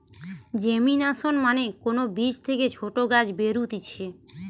germination মানে কোন বীজ থেকে ছোট গাছ বেরুতিছে